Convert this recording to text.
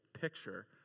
picture